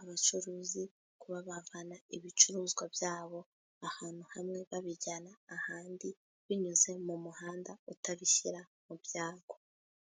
abacuruzi kuba bavana ibicuruzwa byabo ahantu hamwe babijyana ahandi, binyuze mu muhanda utabishyira mu byago.